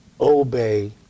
Obey